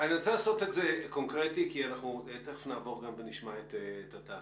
אני רוצה לעשות את זה קונקרטי כי תכף נעבור לשמוע את התעשיות.